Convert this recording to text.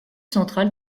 central